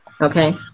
Okay